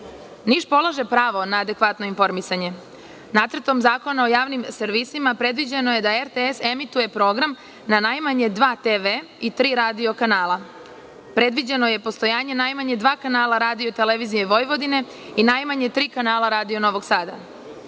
Niš polaže pravo na adekvatno informisanje. Nacrtom zakona o javnim servisima predviđeno je da RTS emituje program na najmanje dva TV i tri radio kanala. Predviđeno je postojanje najmanje dva kanala Radio i televizije Vojvodine i najmanje tri kanala Radio Novog Sada.